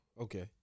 Okay